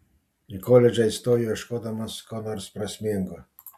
į koledžą įstojau ieškodamas ko nors prasmingo